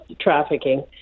trafficking